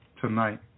tonight